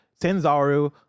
Sanzaru